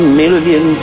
million